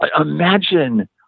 imagine